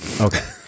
Okay